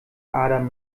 adam